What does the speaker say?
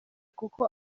kuko